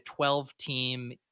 12-team